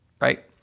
right